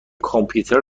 کامپیوتر